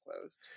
closed